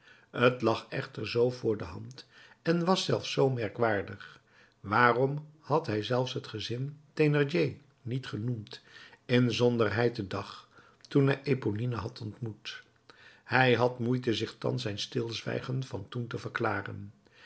t lag echter zoo voor de hand en was zelfs zoo merkwaardig waarom had hij zelfs het gezin thénardier niet genoemd inzonderheid den dag toen hij eponine had ontmoet hij had moeite zich thans zijn stilzwijgen van toen te verklaren